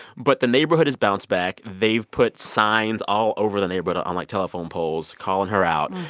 but the neighborhood has bounced back. they've put signs all over the neighborhood on, like, telephone poles calling her out.